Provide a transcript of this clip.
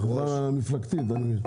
אחווה מפלגתית.